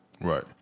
Right